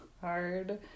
hard